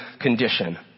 condition